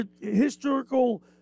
historical